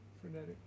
frenetic